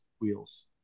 wheels